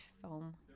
film